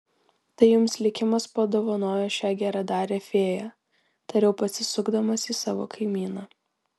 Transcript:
tai jums likimas padovanojo šią geradarę fėją tariau pasisukdamas į savo kaimyną